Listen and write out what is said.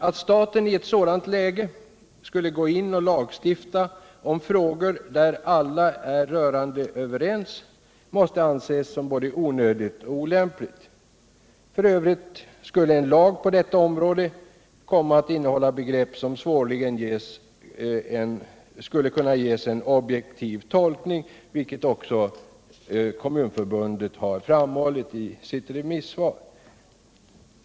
Att staten i ett sådant läge skulle gå in och lagstifta om frågor som alla är rörande överens om måste anses som både onödigt och olämpligt. F. ö. skulle en lag på detta område komma att innehålla begrepp som svårligen skulle kunna ges en objektiv tolkning, vilket också Kommunförbundet har framhållit i sitt remissvar.